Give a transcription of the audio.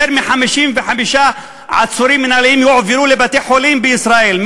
יותר מ-55 עצורים מינהליים הועברו לבתי-חולים בישראל,